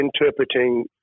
interpreting